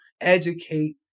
educate